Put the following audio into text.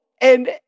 and-